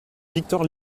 victor